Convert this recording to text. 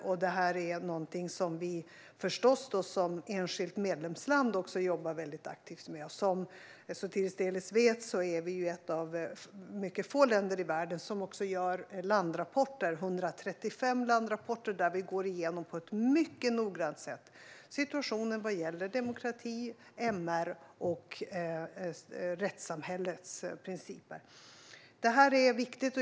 Det här är också förstås någonting som vi som enskilt medlemsland jobbar väldigt aktivt med. Som Sotiris Delis vet är vi ett av mycket få länder i världen som gör landrapporter. Vi gör 135 landrapporter där vi på ett mycket noggrant sätt går igenom situationen vad gäller demokrati, MR och rättssamhällets principer. Detta är viktigt.